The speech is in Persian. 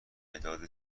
مداد